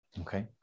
Okay